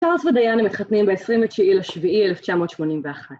צ'ארלס ודיאנה מתחתנים ב-29.07.1981